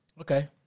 Okay